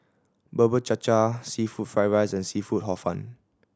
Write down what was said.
Bubur Cha Cha seafood fried rice and seafood Hor Fun